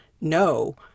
no